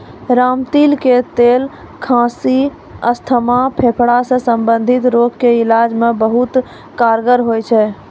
रामतिल के तेल खांसी, अस्थमा, फेफड़ा सॅ संबंधित रोग के इलाज मॅ बहुत कारगर होय छै